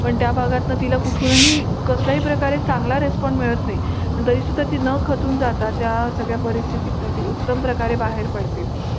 पण त्या भागातून तिला कुठूनही कसलाही प्रकारे चांगला रेस्पॉन मिळत नाही पण तरीसुद्धा ती न खचून जाता त्या सगळ्या परिस्थितीतून ती उत्तम प्रकारे बाहेर पडते